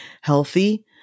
healthy